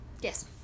Yes